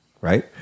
right